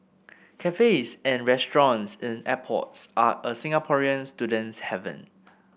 cafes and restaurants in airports are a Singaporean student's haven